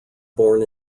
born